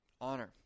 Honor